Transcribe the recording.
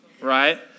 right